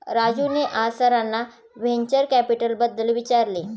राजूने आज सरांना व्हेंचर कॅपिटलबद्दल विचारले